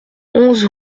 onze